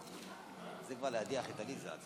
הרי אנחנו יודעים איך הדברים עובדים.